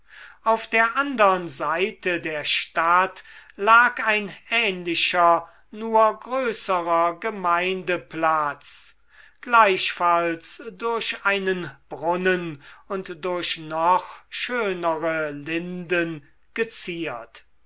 auf der andern seite der stadt lag ein ähnlicher nur größerer gemeindeplatz gleichfalls durch einen brunnen und durch noch schönere linden geziert